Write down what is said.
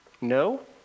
No